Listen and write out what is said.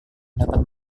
dapat